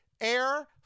air